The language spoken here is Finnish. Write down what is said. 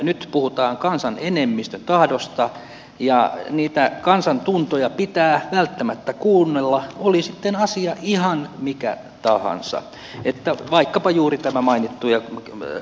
nyt puhutaan kansan enemmistön tahdosta ja niitä kansan tuntoja pitää välttämättä kuunnella oli sitten asia ihan mikä tahansa vaikkapa juuri tämä mainittu ruotsin kieli